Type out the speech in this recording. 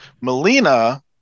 Melina